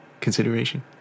consideration